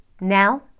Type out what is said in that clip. Now